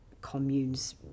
communes